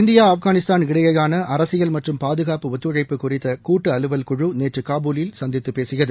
India Afghanistan இடையேயான அரசியல் மற்றும் பாதுகாப்பு ஒத்துழைப்பு குறித்த கூட்டு அலுவல் குழு நேற்று காபூலில் சந்தித்து பேசியது